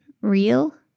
real